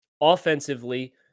offensively